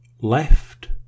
Left